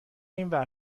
اینور